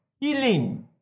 healing